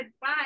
bye